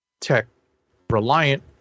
tech-reliant